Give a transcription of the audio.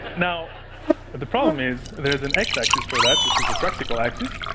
now the problem is there's an x-axis for that, which is the practical axis.